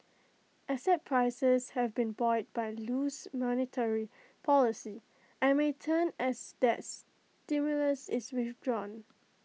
asset prices have been buoyed by loose monetary policy and may turn as that stimulus is withdrawn